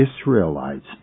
Israelites